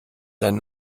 dein